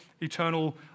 eternal